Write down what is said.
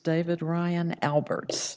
david ryan albert